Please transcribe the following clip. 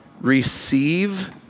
receive